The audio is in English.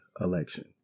election